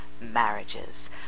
marriages